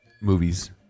movies